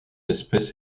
espèce